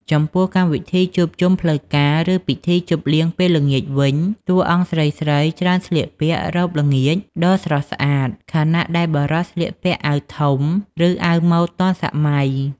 ចំពោះកម្មវិធីជួបជុំផ្លូវការ ឬពិធីជប់លៀងពេលល្ងាចវិញ តួអង្គស្រីៗច្រើនស្លៀកពាក់ រ៉ូបល្ងាច ដ៏ស្រស់ស្អាត ខណៈដែលបុរសៗស្លៀកពាក់អាវធំ ឬអាវម៉ូដទាន់សម័យ។